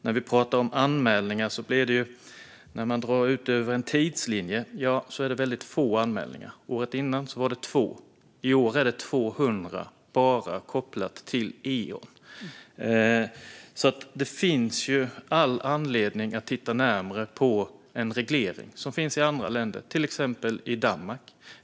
När det gäller anmälningar är det, sett över en tidslinje, väldigt få sådana. Föregående år var det 2. I år är det 200, bara gällande Eon. Det finns alltså all anledning att titta närmare på en reglering, som den som finns i andra länder, till exempel Danmark.